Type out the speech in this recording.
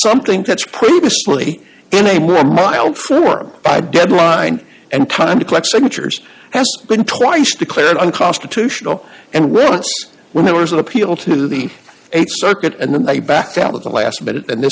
something that's previously in a more mild form by deadline and time to collect signatures has been twice declared unconstitutional and well when there was an appeal to the th circuit and then they backed out of the last minute and th